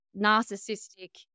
narcissistic